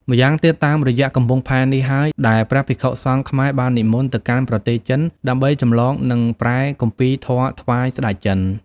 ម្យ៉ាងទៀតតាមរយៈកំពង់ផែនេះហើយ ដែលព្រះភិក្ខុសង្ឃខ្មែរបាននិមន្តទៅកាន់ប្រទេសចិន ដើម្បីចម្លងនិងប្រែគម្ពីរធម៌ថ្វាយ ស្តេចចិន ។